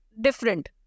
different